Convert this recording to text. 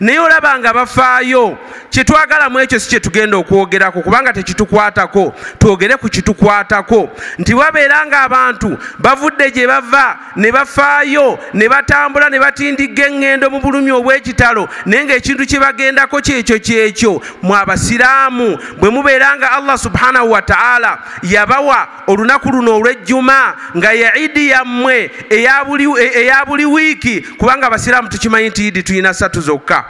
Neyo laba nga bafaayo. Kye twagala mu ekyo si kye tugenda okwogerako kubanga tekitukwatako, twogere ku kitukwatako. Nti wabeera nga abantu bavudde gye bava, ne bafaayo, ne batambula, ne batindiga eng'endo mu bulumi obw'ekitalo, naye ng'ekintu kye bagendako kyekyo-kyekyo, mwa basiraamu. Bwe mubeera nga Allah Subhanahu wa Ta'ala yabawa olunaku luno olw'ejjuma, nga ya Eid yammwe, eya buli- eya buli wiiki, kubanga abasiraamu tukimanyi nti Eid tuyina satu zokka.